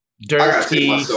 Dirty